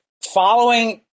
following